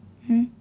hmm